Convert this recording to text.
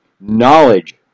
knowledge